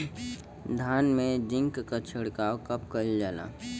धान में जिंक क छिड़काव कब कइल जाला?